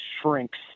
shrinks